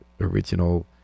original